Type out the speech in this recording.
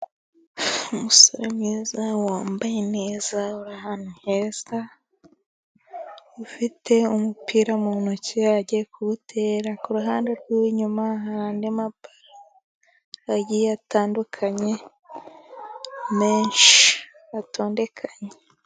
Umusore mwiza wambaye neza uri ahantu heza, ufite umupira mu ntoki agiye kuwutera. Ku ruhande rw'inyuma hari andi mabaro agiye atandukanye menshi atondekanye.